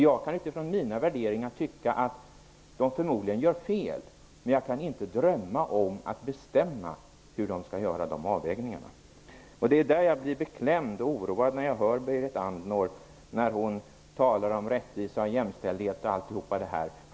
Jag kan utifrån mina värderingar tycka att de förmodligen gör fel. Men jag kan inte drömma om att bestämma hur de skall göra dessa avvägningar. Det är därför som jag blir oroad och beklämd när jag hör Berit Andnor tala om rättvisa och jämställdhet.